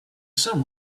some